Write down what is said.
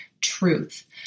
Truth